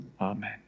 Amen